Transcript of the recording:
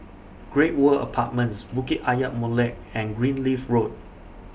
Great World Apartments Bukit Ayer Molek and Greenleaf Road